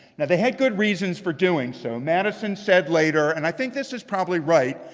now they had good reasons for doing so. madison said later, and i think this is probably right,